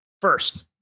First